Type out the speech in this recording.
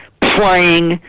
playing